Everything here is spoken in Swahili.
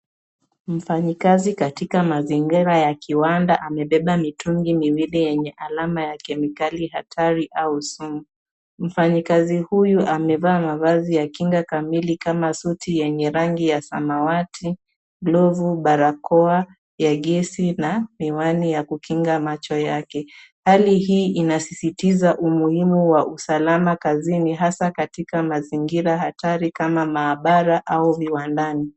Mfanyikazi katika mazingira ya kiwanda amebeba mitungi miwili, yenye alama ya kemikali hatari au sumu. Mfanyikazi huyu amevaa mavazi ya kinga kamili kama suti yenye rangi ya samawati, glovu, barakoa ya gesi na miwani ya kukinga macho yake. Hali hii inasisitiza umuhimu wa usalama kazini hasa katika mazingira hatari kama maabara au viwandani.